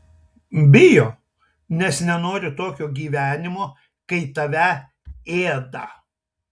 bijo nes nenori tokio gyvenimo kai tave ėda